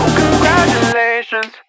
congratulations